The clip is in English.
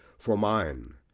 for mine,